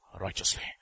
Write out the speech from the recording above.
righteously